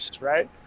right